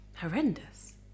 horrendous